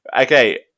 Okay